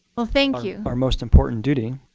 well, thank you. our most important duty